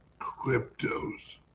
cryptos